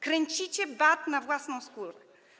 Kręcicie bat na własną skórę.